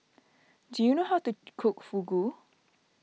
do you know how to cook Fugu